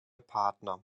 partner